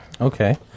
Okay